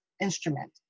instrument